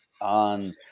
on